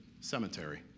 cemetery